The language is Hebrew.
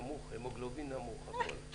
המוגלובין נמוך, הכול.